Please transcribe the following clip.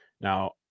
Now